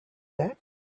that